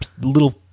little